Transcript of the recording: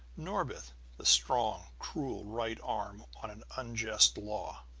norbith the strong, cruel right arm on an unjust law!